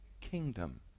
Kingdom